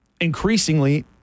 increasingly